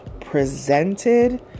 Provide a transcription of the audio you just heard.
presented